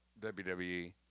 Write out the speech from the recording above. WWE